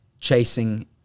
chasing